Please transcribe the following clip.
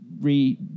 re